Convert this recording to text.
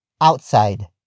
outside